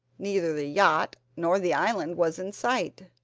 neither the yacht nor the island was in sight!